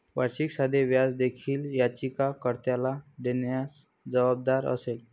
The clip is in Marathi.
वार्षिक साधे व्याज देखील याचिका कर्त्याला देण्यास जबाबदार असेल